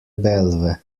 belve